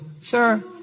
Sir